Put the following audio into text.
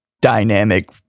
dynamic